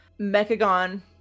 Mechagon